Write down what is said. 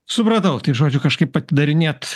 supratau tai žodžiu kažkaip atidarinėt